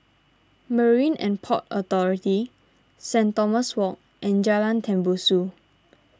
Marine and Port Authority Saint Thomas Walk and Jalan Tembusu